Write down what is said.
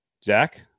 Jack